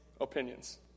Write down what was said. opinions